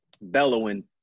bellowing